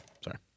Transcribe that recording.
Sorry